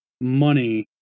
money